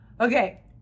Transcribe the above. Okay